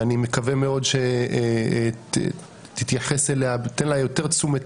ואני מקווה מאוד שתתייחס אליה ותיתן לה יותר תשומת